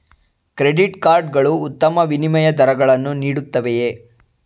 Credit card ಗಳು ಉತ್ತಮ ವಿನಿಮಯ ದರಗಳನ್ನು ನೀಡುತ್ತವೆಯೇ?